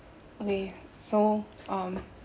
okay so um